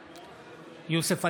בעד יוסף עטאונה,